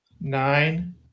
nine